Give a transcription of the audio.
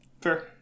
Fair